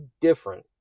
different